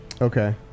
Okay